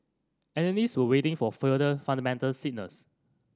analyst were waiting for further fundamental signals